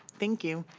thank you.